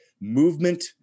movement